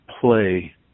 play